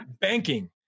Banking